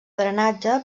drenatge